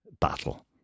battle